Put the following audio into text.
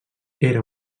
era